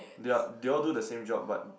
they all they all do the same job but